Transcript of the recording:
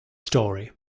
story